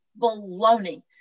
baloney